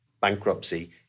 bankruptcy